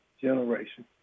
generation